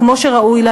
כמו שראוי לה,